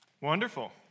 Wonderful